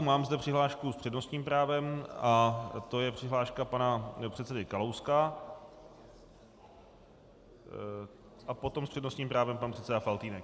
Mám zde přihlášku s přednostním právem a to je přihláška pana předsedy Kalouska a potom s přednostním právem pan předseda Faltýnek.